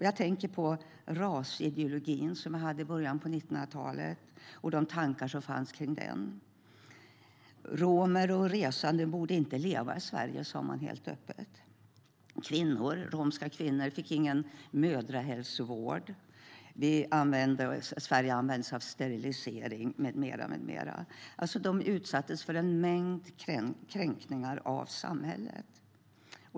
Jag tänker på rasideologin som vi hade i början av 1900-talet och de tankar som fanns kring den. Romer och resande borde inte leva i Sverige, sa man helt öppet. Romska kvinnor fick ingen mödrahälsovård. Sverige använde sig av sterilisering med mera. De utsattes för en mängd kränkningar av samhället.